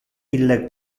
ille